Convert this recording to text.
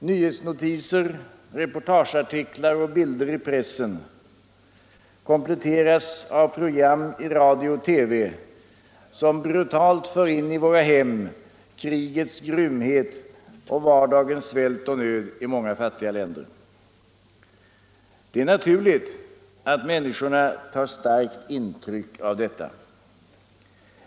Nyhetsnotiser, reportageartiklar och bilder i pressen kompletteras av program i radio och TV, som brutalt för in i våra hem krigets grymhet och vardagens svält och nöd i många fattiga länder. Det är naturligt att människorna tar starkt intryck av detta.